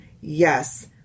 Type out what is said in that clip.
Yes